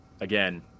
again